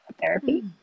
therapy